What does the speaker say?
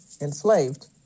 enslaved